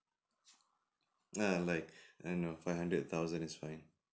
uh like and err five hundred thousand is fine